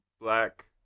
black